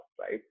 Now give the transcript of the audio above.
right